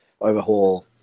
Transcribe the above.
overhaul